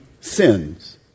sins